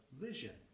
vision